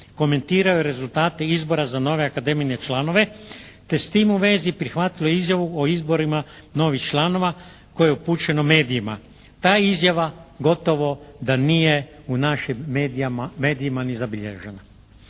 komentiraju rezultate izbora za nove Akademijine članove te s tim u vezi prihvatilo izjavu o izborima novih članova koje je upućeno medijima. Ta izjava gotovo da nije u našim medijima ni zabilježena.